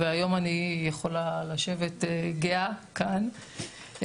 והיום אני יכולה לשבת גאה כאן,